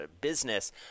business